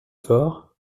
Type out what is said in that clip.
fort